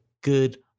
good